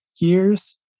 years